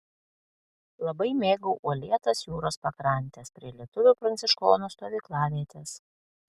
labai mėgau uolėtas jūros pakrantes prie lietuvių pranciškonų stovyklavietės